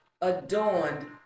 adorned